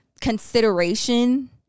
consideration